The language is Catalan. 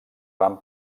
van